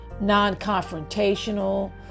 non-confrontational